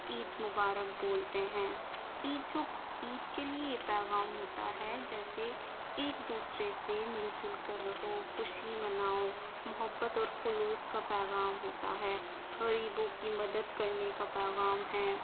عید مبارک بولتے ہیں عید جو عید کے لیے یہ پیغام ہوتا ہے جیسے ایک دوسرے سے مل جل کر رہو خوشی مناؤ محبت اور خلوص کا پیغام ہوتا ہے غریبوں کی مدد کرنے کا پیغام ہے